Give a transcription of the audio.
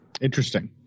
Interesting